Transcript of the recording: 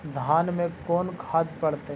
धान मे कोन खाद पड़तै?